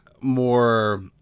more